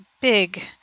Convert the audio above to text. big